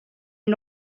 این